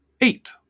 eight